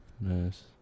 Nice